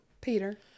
Peter